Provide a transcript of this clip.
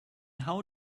how